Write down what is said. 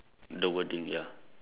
the wording ya